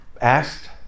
asked